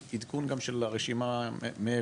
על עדכון של הרשימה מעבר.